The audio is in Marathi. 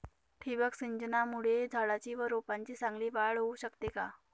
ठिबक सिंचनामुळे झाडाची व रोपांची चांगली वाढ होऊ शकते का?